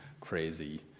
crazy